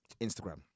Instagram